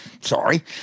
Sorry